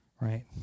Right